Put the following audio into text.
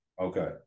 Okay